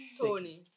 Tony